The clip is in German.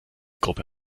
gruppe